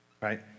right